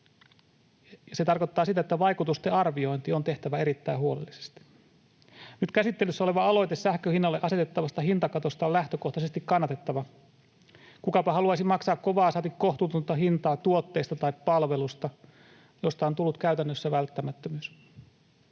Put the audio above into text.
se tarkoittaa sitä, että vaikutusten arviointi on tehtävä erittäin huolellisesti. Nyt käsittelyssä oleva aloite sähkön hinnalle asetettavasta hintakatosta on lähtökohtaisesti kannatettava. Kukapa haluaisi maksaa kovaa, saati kohtuutonta hintaa tuotteesta tai palvelusta, josta on tullut käytännössä välttämättömyys.